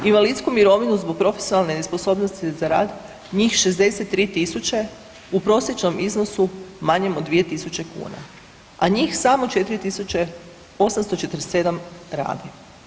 Invalidsku mirovinu zbog profesionalne nesposobnosti za rad njih 63.000 u prosječnom iznosu manjem od 2.000 kuna, a njih samo 4.847 radi.